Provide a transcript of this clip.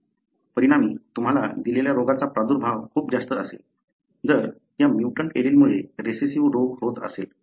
परिणामी तुम्हाला दिलेल्या रोगाचा प्रादुर्भाव खूप जास्त असेल जर त्या म्युटंट एलीलमुळे रेसेसिव्ह रोग होत असेल